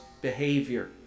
behavior